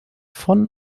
von